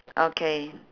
okay